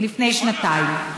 מלפני שנתיים,